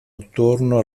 attorno